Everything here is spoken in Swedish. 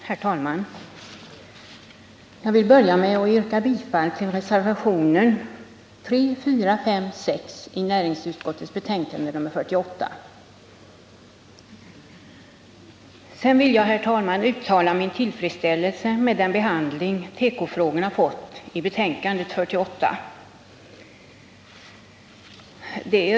Herr talman! Jag vill börja med att yrka bifall till reservationerna 3,4, 5 och 6 vid näringsutskottets betänkande nr 48. Sedan vill jag uttala min tillfredsställelse med den behandling tekofrågorna fått i betänkandet 48.